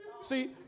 See